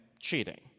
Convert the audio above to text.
cheating